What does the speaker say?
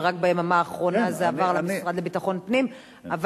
ורק ביממה האחרונה זה עבר למשרד לביטחון פנים.